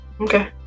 Okay